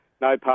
no